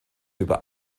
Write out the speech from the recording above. über